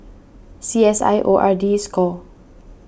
C S I O R D Score